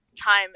time